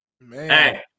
Man